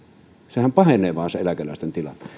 sehän pahenee vaan se eläkeläisten tilanne